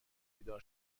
بیدار